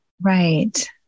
Right